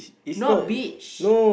not beach